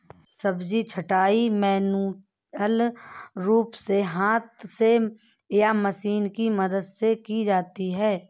सब्जी छँटाई मैन्युअल रूप से हाथ से या मशीनों की मदद से की जाती है